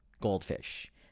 goldfish